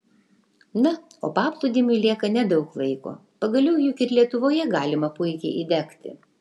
na o paplūdimiui lieka nedaug laiko pagaliau juk ir lietuvoje galima puikiai įdegti